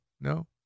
no